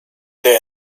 der